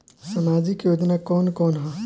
सामाजिक योजना कवन कवन ह?